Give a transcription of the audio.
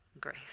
grace